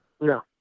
No